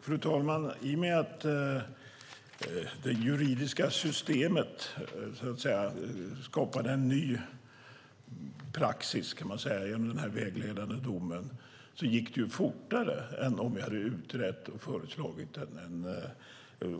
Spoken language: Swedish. Fru talman! I och med att det juridiska systemet skapar en ny praxis genom den vägledande domen gick det fortare än om